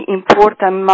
important